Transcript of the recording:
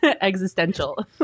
existential